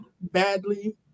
badly